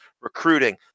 recruiting